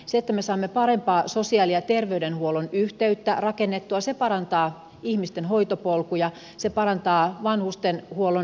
se että me saamme parempaa sosiaali ja terveydenhuollon yhteyttä rakennettua parantaa ihmisten hoitopolkuja parantaa vanhustenhuollon palveluita